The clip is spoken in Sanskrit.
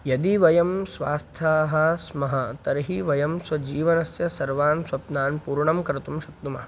यदि वयं स्वस्थाः स्मः तर्हि वयं स्वजीवनस्य सर्वान् स्वप्नान् पूर्णं कर्तुं शक्नुमः